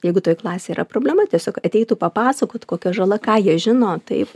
jeigu toje klasėje yra problema tiesiog ateitų papasakot kokia žala ką jie žino taip